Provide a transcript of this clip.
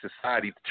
society